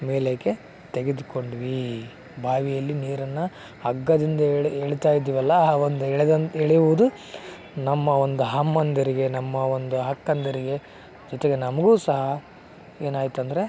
ಮೇಲೆಗೆ ತೆಗೆದುಕೊಂಡ್ವಿ ಬಾವಿಯಲ್ಲಿ ನೀರನ್ನು ಹಗ್ಗದಿಂದ ಎಳೆ ಎಳೀತಾ ಇದ್ದೆವಲ್ಲ ಹಾ ಒಂದು ಎಳೆದನ್ನ ಎಳೆಯುವುದು ನಮ್ಮ ಒಂದು ಅಮ್ಮಂದಿರಿಗೆ ನಮ್ಮ ಒಂದು ಅಕ್ಕಂದಿರಿಗೆ ಜೊತೆಗೆ ನಮಗೂ ಸಹ ಏನಾಯ್ತು ಅಂದರೆ